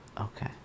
Okay